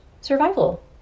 survival